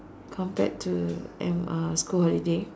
compared to M uh school holiday